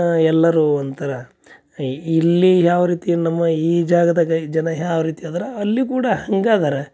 ಎಲ್ಲರೂ ಒಂಥರ ಈ ಇಲ್ಲಿ ಯಾವ ರೀತಿ ನಮ್ಮ ಈ ಜಾಗದಾಗ ಜನ ಯಾವ ರೀತಿ ಅದರ ಅಲ್ಲಿ ಕೂಡ ಹಂಗೆ ಅದಾರ